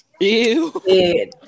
Ew